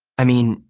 i mean,